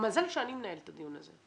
מזל שאני מנהלת את הדיון הזה.